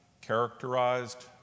characterized